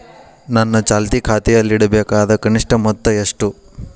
ನನ್ನ ಚಾಲ್ತಿ ಖಾತೆಯಲ್ಲಿಡಬೇಕಾದ ಕನಿಷ್ಟ ಮೊತ್ತ ಎಷ್ಟು?